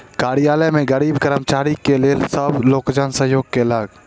कार्यालय में गरीब कर्मचारी के लेल सब लोकजन सहयोग केलक